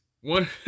one